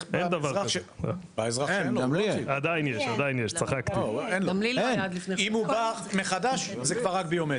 אני אזרח שאין לו, אם אני בא לחדש, זה רק ביומטרי.